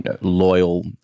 loyal